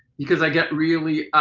because i get really